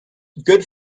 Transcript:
good